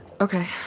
Okay